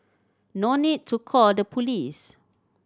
no need to call the police